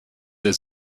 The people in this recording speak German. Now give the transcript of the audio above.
der